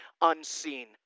unseen